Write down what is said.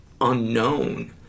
unknown